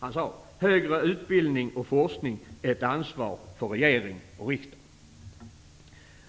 Han sade: ''Högre utbildning och forskning är ett ansvar för regering och riksdag.''